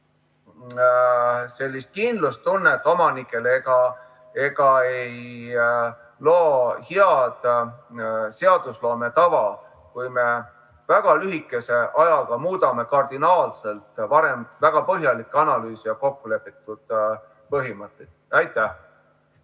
otsast kindlustunnet omanikele ega loo head seadusloome tava, kui me väga lühikese ajaga muudame kardinaalselt varem väga põhjalikult analüüsitud ja kokkulepitud põhimõtteid. Aitäh!